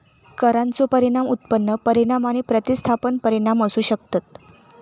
करांचो परिणाम उत्पन्न परिणाम आणि प्रतिस्थापन परिणाम असू शकतत